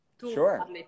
Sure